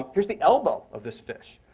um here's the elbow of this fish.